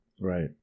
Right